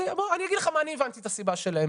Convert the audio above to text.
בוא אני אגיד לך מה אני הבנתי את הסיבה שלהם.